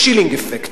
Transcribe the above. chilling effect.